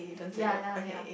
ya ya ya